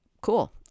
cool